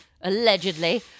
allegedly